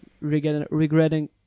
regretting